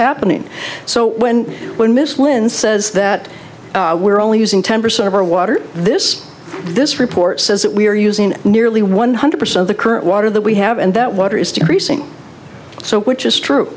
happening so when when miss lynn says that we're only using ten percent of our water this this report says that we are using nearly one hundred percent of the current water that we have and that water is decreasing so which is true